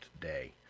today